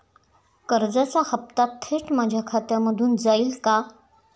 कर्जाचा हप्ता थेट माझ्या खात्यामधून जाईल का?